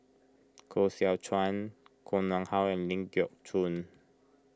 Koh Seow Chuan Koh Nguang How and Ling Geok Choon